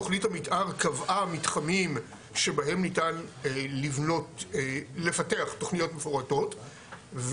תוכנית המתאר קבעה מתחמים שבהם ניתן לבנות לפתח תוכניות מפורטות,